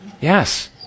Yes